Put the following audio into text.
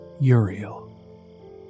Uriel